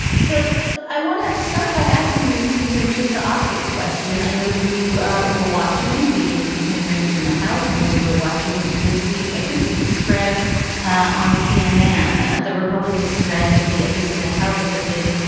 so i want to start by asking you, susan, just the optics question. i know you were watching the impeachment hearings in the house. i know you were watching this week. i think you described on cnn the republican strategy, at least in the house, has been,